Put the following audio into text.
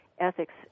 ethics